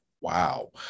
wow